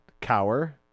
Cower